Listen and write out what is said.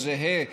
או זהה,